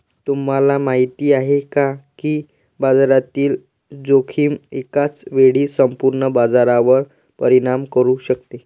तुम्हाला माहिती आहे का की बाजारातील जोखीम एकाच वेळी संपूर्ण बाजारावर परिणाम करू शकते?